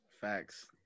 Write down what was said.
Facts